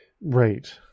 Right